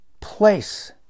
Place